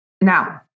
Now